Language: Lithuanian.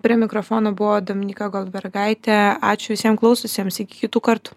prie mikrofono buvo dominyka goldbergaitė ačiū visiem klausiusiems iki kitų kartų